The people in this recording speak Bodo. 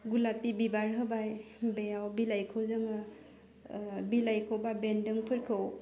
गलाफि बिबार होबाय बेयाव बिलाइखौ जोङो ओह बिलाइखौ बाह बेन्दोंफोरखौ